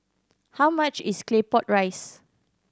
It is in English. how much is Claypot Rice